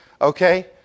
Okay